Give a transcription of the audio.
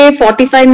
45